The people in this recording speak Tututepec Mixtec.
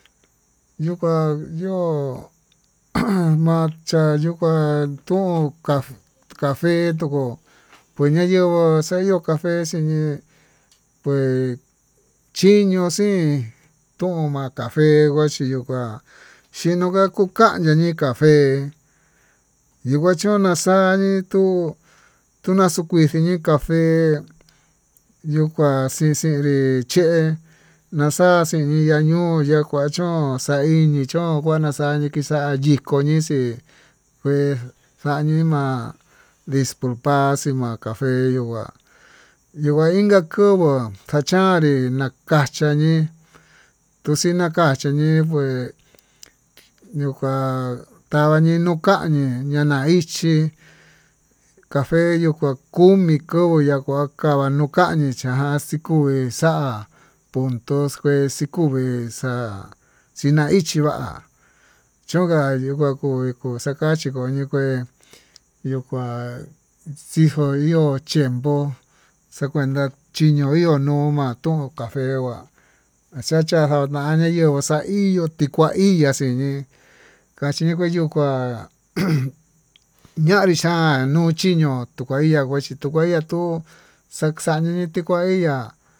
Yuu ua yo'o machá ñuu kuá tuun café tukó, ko'o ña'a yenguó xano'o café xin pues chiño'o xin toma cafe kuachi yo'ó ká xhino ka'a kukan niye cafe yuu kua chona xayii tuu, tuna xuu kuchiyí café yuu kua xinxinré ché naxaxii inañuu ya'á kua chón xa'a iñii chón naxañi kixa'a yikoñi xii kuex xañii ma'a ndiprufaxí ma'a café yuu kuá, yuu kuan inka kovo'ó kachanrí nakacha ñii tuxhika kan cheye kué ñuu kua xakani ñuu kani tuná ichí, café yuka kumi kuyuu kua kava'a nukani chá ha ikuvii xa'a puntu kues xii kuvix, ha'a xhinaichí va'a, chonka yika kui kui xakachi koñii kué yo'ó kuá xhiko yo'o tiempo xakuenta chiñoituma tumuu café onguá axacha oya'a ho ñañii kuenuu xaíyo tikua iya'á xiñii kaxhiñe yuu kuá ujun ñanricha'a yuu chiñó tuu kua iha vechí tuu kua ihá yoo xaxañini tikuá ti'á.